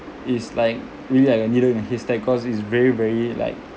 it's like really like a needle in a haystack cause it's very very like